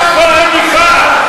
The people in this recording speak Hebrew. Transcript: תרשו לי לומר,